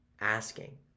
asking